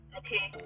okay